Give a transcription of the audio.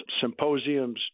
symposiums